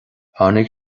tháinig